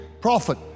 prophet